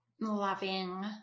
loving